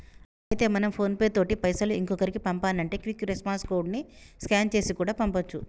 అయితే మనం PhonePe తోటి పైసలు ఇంకొకరికి పంపానంటే క్విక్ రెస్పాన్స్ కోడ్ ని స్కాన్ చేసి కూడా పంపొచ్చు